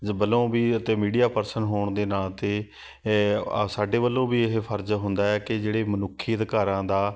ਜ ਵੱਲੋਂ ਵੀ ਅਤੇ ਮੀਡੀਆ ਪਰਸਨ ਹੋਣ ਦੇ ਨਾਂ 'ਤੇ ਆ ਸਾਡੇ ਵੱਲੋਂ ਵੀ ਇਹ ਫਰਜ਼ ਹੁੰਦਾ ਹੈ ਕਿ ਜਿਹੜੇ ਮਨੁੱਖੀ ਅਧਿਕਾਰਾਂ ਦਾ